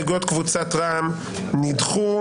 הסתייגויות קבוצת רע"מ נדחו.